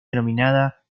denominada